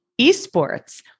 eSports